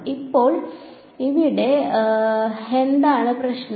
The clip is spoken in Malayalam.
അപ്പോൾ ഇവിടെ എന്താണ് ശാരീരിക പ്രശ്നം